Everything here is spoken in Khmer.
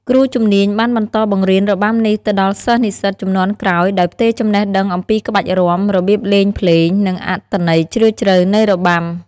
គ្រូជំនាញបានបន្តបង្រៀនរបាំនេះទៅដល់សិស្សនិស្សិតជំនាន់ក្រោយ ដោយផ្ទេរចំណេះដឹងអំពីក្បាច់រាំ របៀបលេងភ្លេង និងអត្ថន័យជ្រាលជ្រៅនៃរបាំ។